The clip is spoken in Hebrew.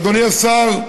אדוני השר,